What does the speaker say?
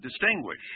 distinguish